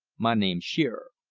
my name's shearer.